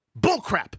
Bullcrap